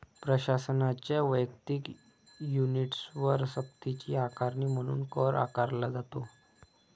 प्रशासनाच्या वैयक्तिक युनिट्सवर सक्तीची आकारणी म्हणून कर आकारला जातो